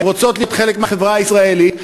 הן רוצות להיות חלק מהחברה הישראלית,